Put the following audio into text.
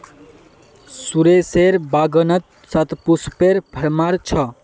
सुरेशेर बागानत शतपुष्पेर भरमार छ